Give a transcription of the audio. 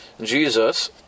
Jesus